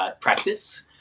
practice